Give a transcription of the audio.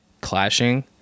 clashing